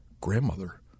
grandmother